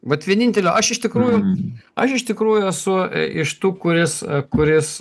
vat vienintelio aš iš tikrųjų aš iš tikrųjų esu i iš tų kuris kuris